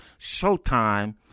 showtime